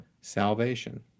salvation